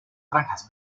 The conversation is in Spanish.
franjas